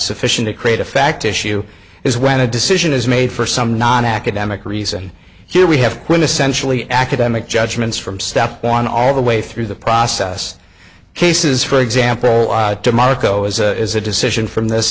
sufficient to create a fact issue is when a decision is made for some non academic reason here we have been essentially academic judgments from step one all the way through the process cases for example demarco is a is a decision from this